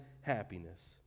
happiness